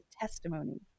testimony